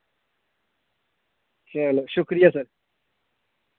चलो शुक्रिया सर